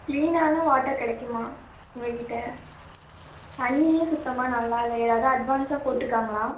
கிளீனான water கிடைக்குமா உங்கள் கிட்டே தண்ணியே சுத்தமாக நல்லா இல்லை ஏதாவது அட்வான்ஸாக போட்டிருக்காங்களா